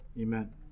amen